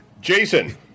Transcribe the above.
Jason